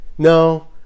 No